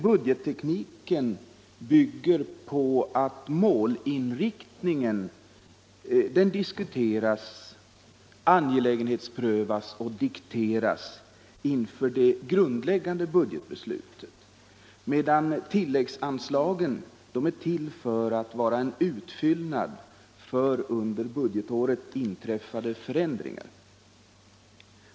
Budgettekniken bygger emellertid på att målinriktningen diskuteras, angelägenhetsprövas och dikteras inför det grundläggande budgetbeslutet, medan tilläggsanslagen är till för att vara en utfyllnad för under budgetåret inträffade förändringar.